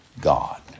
God